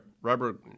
rubber